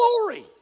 glory